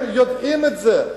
הם יודעים את זה.